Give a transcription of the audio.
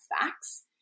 facts